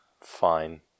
Fine